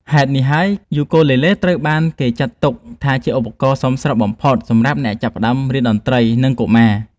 ហេតុនេះហើយ យូគូលេលេត្រូវបានគេចាត់ទុកថាជាឧបករណ៍សមស្របបំផុតសម្រាប់អ្នកចាប់ផ្តើមរៀនតន្ត្រី និងកុមារ។